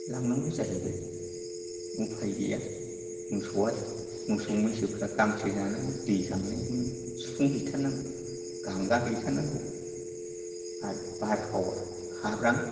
लांनांगौ जाहैबाय उफाय गैया मोसौआ मोसौ मैसोफ्रा गांसो जानानै दै गांनायखौनो सुफुं हैथारनांगौ गांगा हैथारनांगौ आरो बारहावा खाब्रां